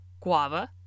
guava